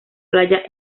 playa